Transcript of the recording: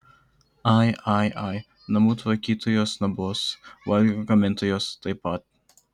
ai ai ai namų tvarkytojos nebus valgio gamintojos taip pat